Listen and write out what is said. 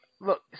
Look